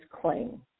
claim